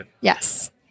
Yes